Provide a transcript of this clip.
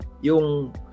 yung